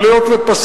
אבל היות שפסקת,